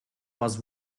was